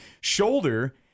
shoulder